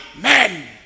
men